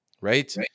right